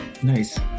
Nice